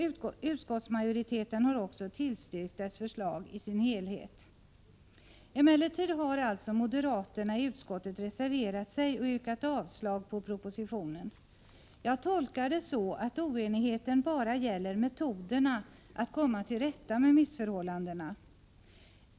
Utskottsmajoriteten har också tillstyrkt dess förslag i sin helhet. Moderaterna i utskottet har emellertid reserverat sig och yrkat avslag på propositionen. Jag tolkar det så, att oenigheten bara gäller metoderna att komma till rätta med missförhållandena.